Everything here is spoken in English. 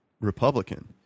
Republican